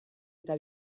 eta